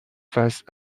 face